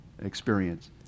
experience